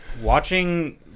Watching